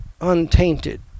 untainted